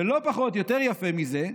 ולא פחות, יותר יפה מזה,